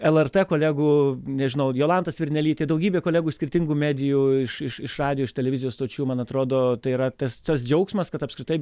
lrt kolegų nežinau jolanta svirnelytė daugybė kolegų iš skirtingų medijų iš iš iš radijo iš televizijos stočių man atrodo tai yra tas tas džiaugsmas kad apskritai